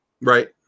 Right